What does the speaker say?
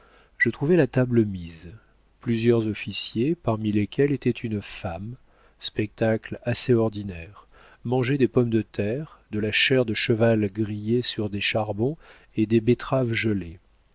je trouvai la table mise plusieurs officiers parmi lesquels était une femme spectacle assez ordinaire mangeaient des pommes de terre de la chair de cheval grillée sur des charbons et des betteraves gelées